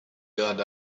got